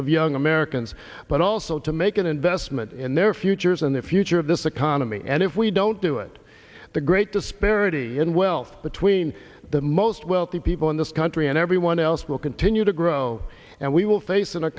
of young americans but also to make an investment in their futures and the future of this economy and if we don't do it the great disparity in wealth between the most wealthy people in this country and everyone else will continue to grow and we will face